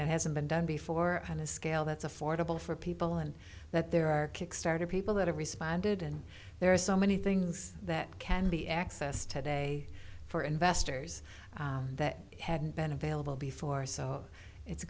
that hasn't been done before and a scale that's affordable for people and that there are kickstarter people that have responded and there are so many things that can be accessed today for investors that had been available before so it's